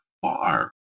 far